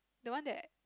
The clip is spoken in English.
the one that